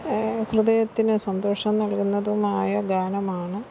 ഹൃദയത്തിന് സന്തോഷം നൽകുന്നതുമായ ഗാനമാണ്